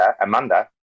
Amanda